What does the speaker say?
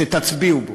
שתצביעו לו,